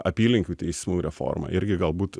apylinkių teismų reforma irgi galbūt